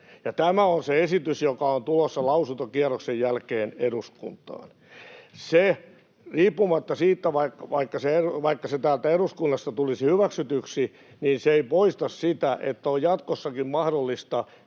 tämä on se esitys, joka on tulossa lausuntokierroksen jälkeen eduskuntaan. Vaikka se täällä eduskunnassa tulisi hyväksytyksi, se ei poista sitä, että on jatkossakin mahdollista